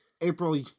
April